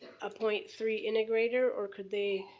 a point three integrator? or could they.